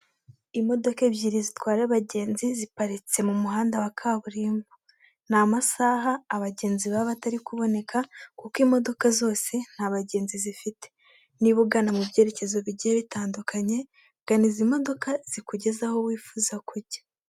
Imodoka ebyiri zitwara abagenzi ziparitse mu muhanda wa kaburimbo. Ni amasaha abagenzi baba batari kuboneka, kuko imodoka zose nta bagenzi zifite. Niba ugana mu byerekezo bigiye bitandukanye, gana izi modoka zikugezaho wifuza kujya.